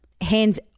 hands